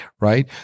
right